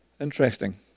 Interesting